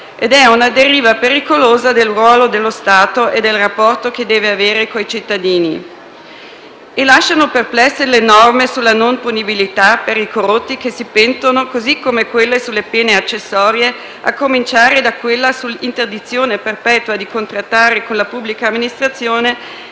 ed è una deriva pericolosa del ruolo dello Stato e del rapporto che deve avere con i cittadini. E lasciano perplesse le norme sulla non punibilità per i corrotti che si pentono, così come quelle sulle pene accessorie, a cominciare da quella sull'interdizione perpetua di contrattare con la pubblica amministrazione,